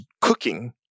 cooking